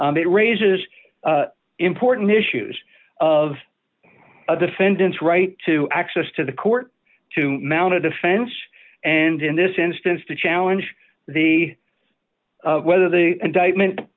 it raises important issues of a defendant's right to access to the court to mount a defense and in this instance to challenge the whether the indictment